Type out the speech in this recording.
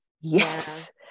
yes